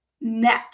net